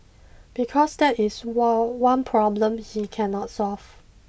because that is the what one problem he cannot solve